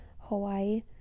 hawaii